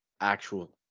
actual